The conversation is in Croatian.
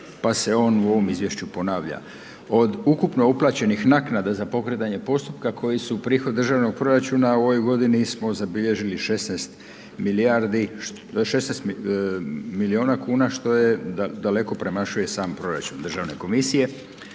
pa se on u ovom izvješću ponavlja. Od ukupno uplaćenih naknada za pokretanje postupka koji su prihod državnog proračuna u ovoj godini smo zabilježili 16 milijardi, 16 miliona kuna što je daleko premašuje sam proračun državne komisije,